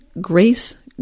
Grace